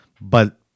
but-